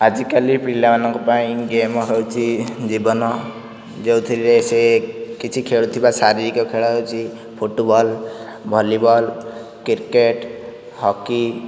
ଆଜିକାଲି ପିଲାମାନଙ୍କ ପାଇଁ ଗେମ୍ ହେଉଛି ଜୀବନ ଯେଉଁଥିରେ ସେ କିଛି ଖେଳୁଥିବା ଶାରିରୀକ ଖେଳ ହେଉଛି ଫୁଟବଲ୍ ଭଲିବଲ୍ କ୍ରିକେଟ ହକି